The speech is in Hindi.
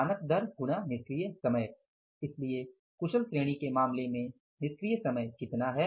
मानक दर गुणा निष्क्रिय समय इसलिए कुशल श्रेणी के मामले में निष्क्रिय समय कितना है